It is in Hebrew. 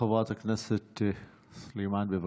חברת הכנסת סלימאן, בבקשה.